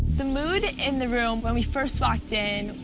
the mood in the room, when we first walked in,